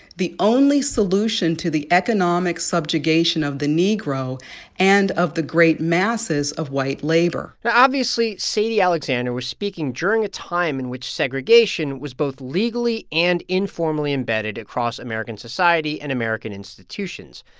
the only solution to the economic subjugation of the negro and of the great masses of white labor. now obviously, sadie alexander was speaking during a time in which segregation was both legally and informally embedded across american society and american institutions.